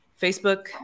facebook